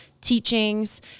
teachings